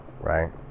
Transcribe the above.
right